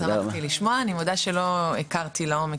שמחתי לשמוע, אני מודה שלא הכרתי את לעומק.